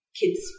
kids